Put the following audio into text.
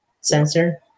sensor